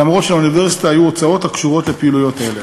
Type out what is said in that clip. אף שלאוניברסיטה היו הוצאות הקשורות לפעילויות אלה.